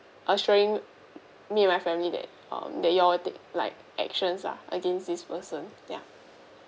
assuring me and my family that um that you all will take like actions lah against this person ya